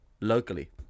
locally